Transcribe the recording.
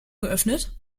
geöffnet